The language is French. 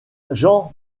jean